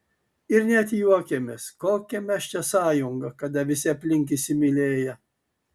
ir net juokėmės kokia mes čia sąjunga kada visi aplink įsimylėję